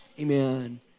Amen